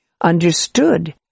understood